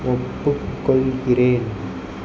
ஒப்புக்கொள்கிறேன்